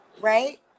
Right